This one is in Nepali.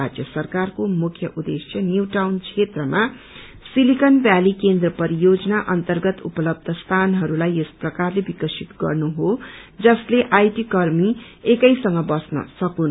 राज्य सरकारको मुख्य उद्देश्य न्यू टाउन क्षेत्रमा सिलिकन भ्याली केन्द्र परियोजना अन्तर्गत उपलब्ब स्थानहस्लाई यस प्रकारले विकसित गर्नु हो जसेल आईटी कर्मी एकैसँग बस्न सकून्